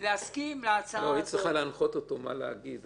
היא צריכה להנחות אותו מה להגיד.